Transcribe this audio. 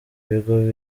bigo